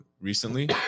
recently